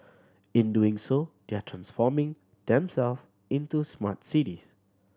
in doing so they are transforming them self into smart cities